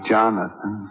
Jonathan